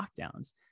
lockdowns